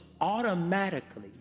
automatically